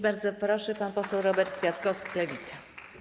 Bardzo proszę, pan poseł Robert Kwiatkowski, Lewica.